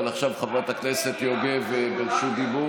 אבל עכשיו חברת הכנסת יוגב ברשות דיבור,